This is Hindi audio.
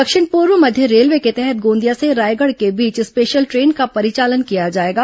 दक्षिण पूर्व मध्य रेलवे के तहत गॉदिया से रायगढ़ के बीच स्पेशल ट्रेन का परिचालन किया जाएगा